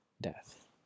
death